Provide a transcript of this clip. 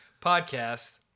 Podcast